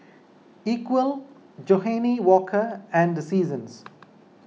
Equal Johnnie Walker and Seasons